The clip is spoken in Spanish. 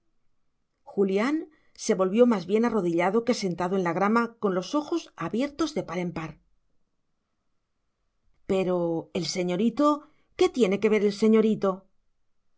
julián se volvió más bien arrodillado que sentado en la grama con los ojos abiertos de par en par pero el señorito qué tiene que ver el señorito